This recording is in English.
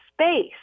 space